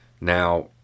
Now